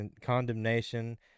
condemnation